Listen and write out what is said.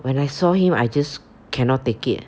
when I saw him I just cannot take it